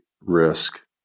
risk